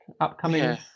upcoming